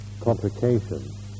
complications